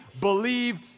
believe